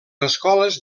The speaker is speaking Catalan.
escoles